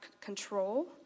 control